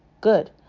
good